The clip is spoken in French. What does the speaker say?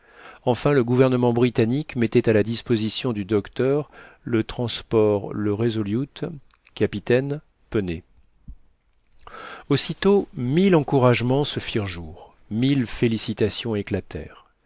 enfin le gouvernement britannique mettait à la disposition du docteur le transport le resolute capitaine pennet aussitôt mille encouragements se firent jour mille félicitations